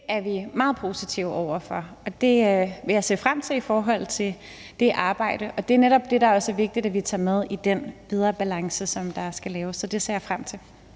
Det er vi meget positive over for, og jeg vil se frem til det arbejde. Det er netop det, der også er vigtigt, at vi tager med videre i forhold til den balance, der skal laves. Så det ser jeg frem til.